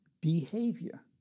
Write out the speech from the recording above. behavior